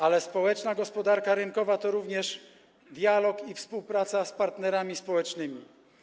Ale społeczna gospodarka rynkowa to również dialog i współpraca z partnerami społecznymi.